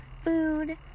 food